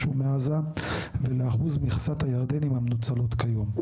ומעזה ולאחוז מכסת הירדנים המנוצלות כיום.